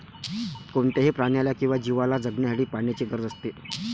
कोणत्याही प्राण्याला किंवा जीवला जगण्यासाठी पाण्याची गरज असते